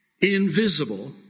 Invisible